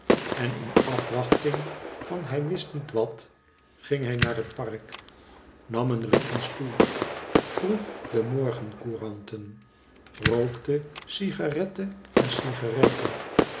en in afwachting van hij wist niet wat ging hij naar het park nam een rieten stoel vroeg de rnorgencouranten rookte cigarette na cigarette